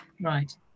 Right